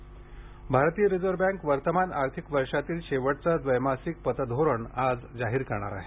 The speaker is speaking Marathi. रिझर्व्ह बँक पतधोरण भारतीय रिझर्व्ह बँक वर्तमान आर्थिक वर्षातील शेवटचे द्वैमासिक पतधोरण आज जाहीर करणार आहे